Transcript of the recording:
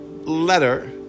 letter